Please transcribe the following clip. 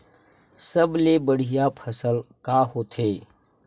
सबले बढ़िया फसल का होथे?